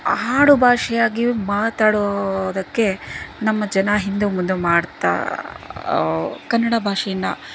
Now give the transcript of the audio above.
ಆಡು ಭಾಷೆಯಾಗಿ ಮಾತಾಡೋದಕ್ಕೆ ನಮ್ಮ ಜನ ಹಿಂದೆ ಮುಂದೆ ಮಾಡ್ತಾ ಕನ್ನಡ ಭಾಷೆಯನ್ನು